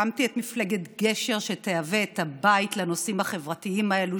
הקמתי את מפלגת גשר שתהווה בית לנושאים החברתיים האלה,